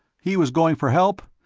he was going for help?